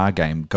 game